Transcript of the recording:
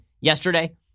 yesterday